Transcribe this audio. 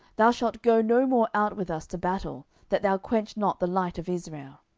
thou shalt go no more out with us to battle that thou quench not the light of israel.